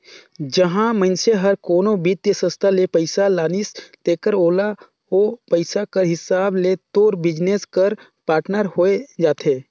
जहां मइनसे हर कोनो बित्तीय संस्था ले पइसा लानिस तेकर ओला ओ पइसा कर हिसाब ले तोर बिजनेस कर पाटनर होए जाथे